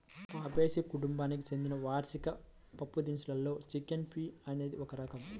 Fabaceae కుటుంబానికి చెందిన వార్షిక పప్పుదినుసుల్లో చిక్ పీ అనేది ఒక రకం